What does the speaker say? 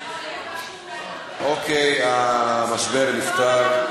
אוקיי, המשבר נפתר.